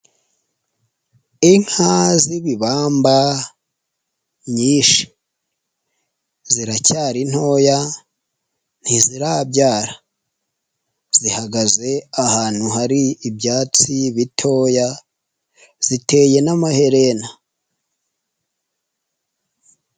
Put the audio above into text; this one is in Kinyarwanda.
Inka z'ibibamba nyinshi ziracyari ntoya ntizirabyara. Zihagaze ahantu hari ibyatsi bitoya, ziteye n'amaherena.